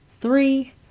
Three